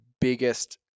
biggest